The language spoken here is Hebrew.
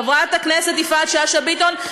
חברת הכנסת יפעת שאשא ביטון.